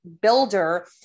builder